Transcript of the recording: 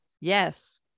yes